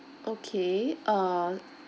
okay uh